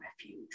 refuge